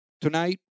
tonight